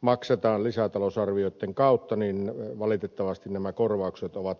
maksetaan lisätalousarvioitten kautta niin valitettavasti nämä korvaukset ovat viipyneet